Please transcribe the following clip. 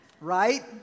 Right